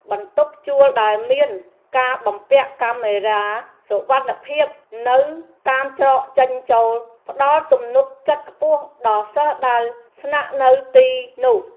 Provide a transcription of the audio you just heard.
បន្ទប់ជួលដែលមានការបំពាក់កាមេរ៉ាសុវត្ថិភាពនៅតាមច្រកចេញចូលផ្តល់ទំនុកចិត្តខ្ពស់ដល់សិស្សដែលស្នាក់នៅទីនោះ។